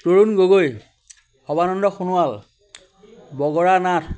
তৰুণ গগৈ সৰ্বানন্দ সোণোৱাল বগৰা নাথ